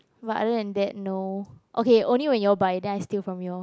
but other than that no okay only when you all buy then I steal from you all